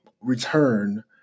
return